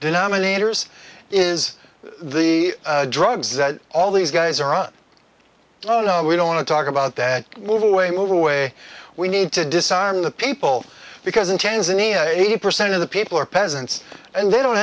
denominators is the drugs that all these guys are on oh no we don't want to talk about that and move away move away we need to disarm the people because in tanzania eighty percent of the people are peasants and they don't